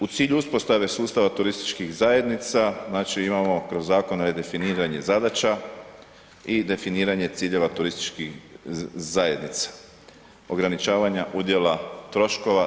U cilju uspostave sustava turističkih zajednica, znači, imamo, kroz zakone je definiranje zadaća i definiranje ciljeva turističkih zajednica, ograničavanja udjela troškova.